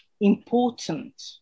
important